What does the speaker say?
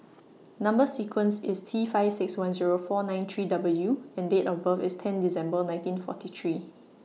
Number sequence IS T five six one Zero four nine three W and Date of birth IS ten December nineteen forty three